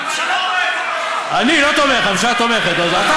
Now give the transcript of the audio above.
הממשלה תומכת בחוק.